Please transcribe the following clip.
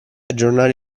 aggiornare